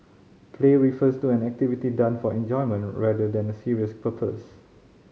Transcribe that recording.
play refers to an activity done for enjoyment rather than a serious purpose